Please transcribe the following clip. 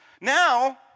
Now